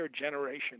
generation